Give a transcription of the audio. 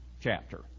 chapter